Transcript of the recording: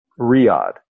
Riyadh